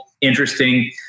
interesting